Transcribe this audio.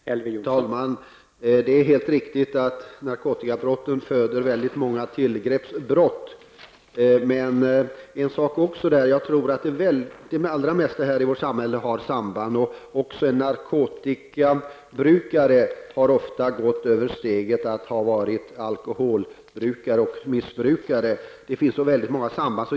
Herr talman! Det är helt riktigt att narkotikabrotten föder många tillgreppsbrott. Jag tror att det allra mesta i vårt samhälle har något samband. Också en narkotikabrukare har ofta tagit steget från att ha varit alkoholbrukare och missbrukare. Det finns många samband.